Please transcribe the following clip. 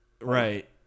right